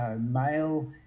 male